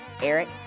Eric